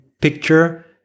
picture